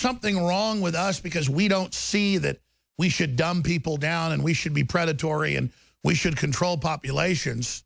something wrong with us because we don't see that we should dumb people down and we should be predatory and we should control populations